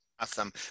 Awesome